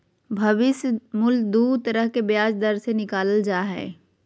भविष्य मूल्य दू तरह के ब्याज दर से निकालल जा हय